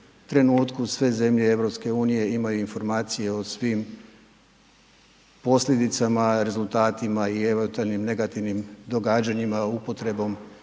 trenutku sve zemlje EU imaju informacije o svim posljedicama, rezultatima i eventualnim negativnim događanjima upotrebom